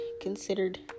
considered